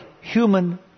human